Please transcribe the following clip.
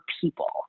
people